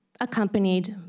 accompanied